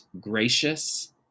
gracious